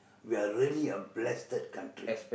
we are really a blessed country